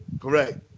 Correct